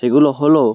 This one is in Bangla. সেগুলো হলো